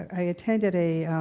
i attended a